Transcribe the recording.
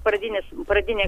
pradinės pradinę